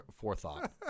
forethought